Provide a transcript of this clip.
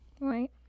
Right